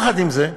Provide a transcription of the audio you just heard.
יחד עם זה,